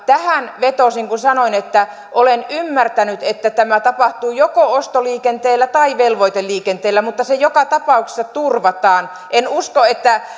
tähän vetosin kun sanoin että olen ymmärtänyt että tämä tapahtuu joko ostoliikenteellä tai velvoiteliikenteellä mutta se joka tapauksessa turvataan en usko